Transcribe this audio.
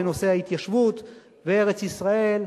בנושא ההתיישבות בארץ-ישראל.